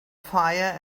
fire